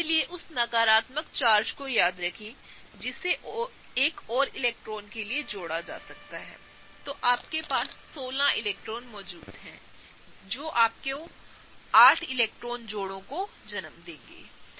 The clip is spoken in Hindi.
लेकिन उस नकारात्मक चार्ज को याद रखें जिसे एक और इलेक्ट्रॉन के लिए जोड़ा जा सकता है तो फिर आपके पास 16 इलेक्ट्रॉनों मौजूद हैं जो 8 इलेक्ट्रॉनों के जोड़े को जन्म देंगे ठीक है